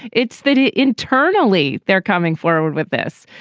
it's that ah internally they're coming forward with this.